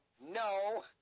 no